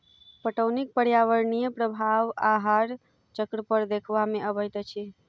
पटौनीक पर्यावरणीय प्रभाव आहार चक्र पर देखबा मे अबैत अछि